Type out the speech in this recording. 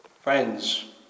Friends